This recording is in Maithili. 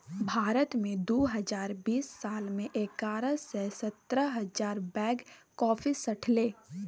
भारत मे दु हजार बीस साल मे एगारह सय सत्तर हजार बैग कॉफी सठलै